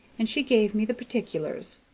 and she gave me the particulars.